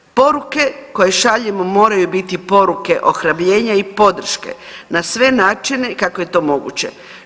Poruke koje šaljemo moraju biti poruke ohrabrenja i podrške na sve načine kakve je to moguće.